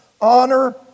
Honor